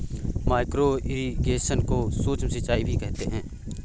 micro irrigation को सूक्ष्म सिंचाई भी कहते हैं